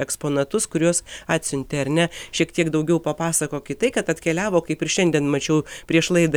eksponatus kuriuos atsiuntė ar ne šiek tiek daugiau papasakokit tai kad atkeliavo kaip ir šiandien mačiau prieš laidą